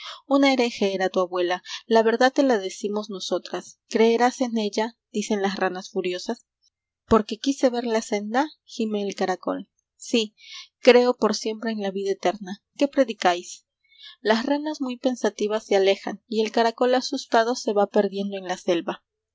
una hereje era tu abuela la verdad te la decimos nosotras creerás en ella dicen las ranas furiosas por qué quise ver la senda gime el caracol sí creo por siempre en la vida eterna qué predicáis las ranas muy pensativas se alejan y el caracol asustado se va perdiendo en la selva